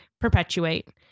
perpetuate